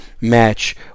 match